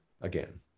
again